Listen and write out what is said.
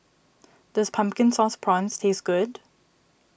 does Pumpkin Sauce Prawns taste good